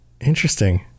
Interesting